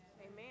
Amen